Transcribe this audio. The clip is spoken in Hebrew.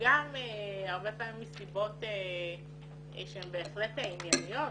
הרבה פעמים מסיבות שהן בהחלט ענייניות,